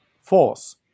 force